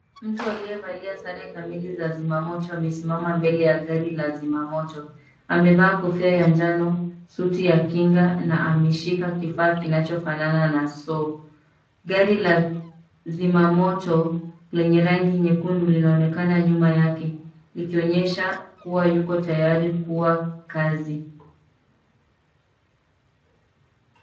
Mtu aliyevalia sare kamili za zima moto amesimama mbele ya gari la zima moto amevaa kofia ya njano, suti ya kinga na ameshika kifaa kinachofanana na saw(cs). Gari la zima moto lenye rangi nyekundu linaonekana nyuma yake likionyesha kuwa yuko tayari kuwa kazi.